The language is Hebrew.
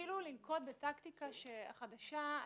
התחילו לנקוט בטקטיקה חדשה.